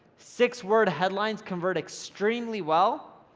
six-word headlines convert extremely well,